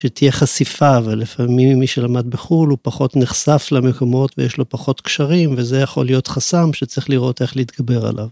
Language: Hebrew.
שתהיה חשיפה ולפעמים מי שלמד בחו"ל הוא פחות נחשף למקומות ויש לו פחות קשרים וזה יכול להיות חסם שצריך לראות איך להתגבר עליו.